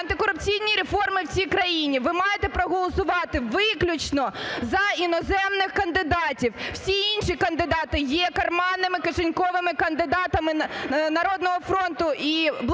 антикорупційні реформи в цій країні, ви маєте проголосувати виключно за іноземних кандидатів. Всі інші кандидати є "карманними", "кишеньковими" кандидатами "Народного фронту" і "Блоку